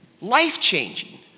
life-changing